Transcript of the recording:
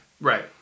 Right